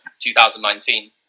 2019